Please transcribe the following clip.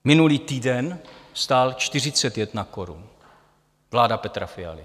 Minulý týden stál 41 korun, vláda Petra Fialy.